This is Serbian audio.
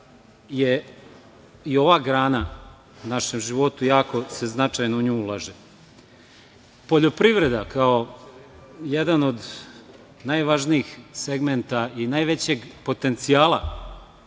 je i ova grana u našem životu jako se značajno u nju ulaže. Poljoprivreda kao jedan od najvažnijih segmenata i najvećeg potencijala